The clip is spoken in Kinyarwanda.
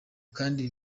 kandi